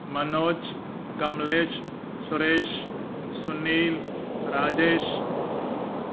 Manoj Kamlesh Suresh Sunil Rajesh